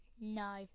No